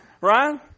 Right